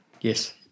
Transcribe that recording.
Yes